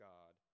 God